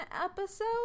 episode